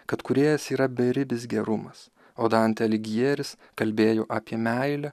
kad kūrėjas yra beribis gerumas o dantė aligjeris kalbėjo apie meilę